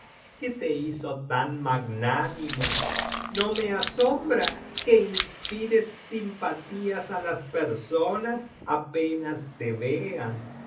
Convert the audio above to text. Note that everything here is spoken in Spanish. que te hizo tan magnánimo no me asombra que inspires simpatías á las personas apenas te vean